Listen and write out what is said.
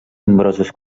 nombroses